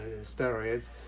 steroids